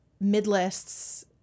mid-lists